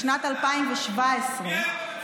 בשנת 2017,